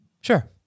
Sure